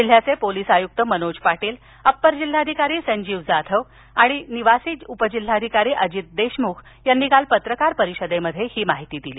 जिल्ह्याचे पोलिस आयुक्त मनोज पाटील अप्पर जिल्हाधिकारी संजीव जाधव तसेच निवासी उपजिल्हाधिकारी अजित देशम्ख यांनी काल पत्रकार परिषदेत ही माहिती दिली